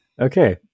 Okay